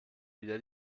wieder